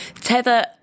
Tether